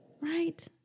Right